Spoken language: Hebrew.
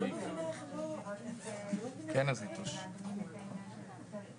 אני רוצה לשוב ולסכם כאן את התיקונים שביקשנו להכניס בנוסח הצעת החוק.